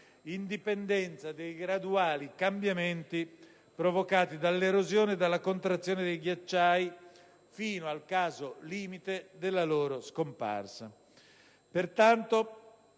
in dipendenza dei graduali cambiamenti provocati dall'erosione e dalla contrazione dei ghiacciai, fino al caso limite della loro scomparsa.